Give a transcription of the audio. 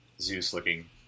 Zeus-looking